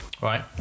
right